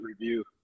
review